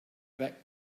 back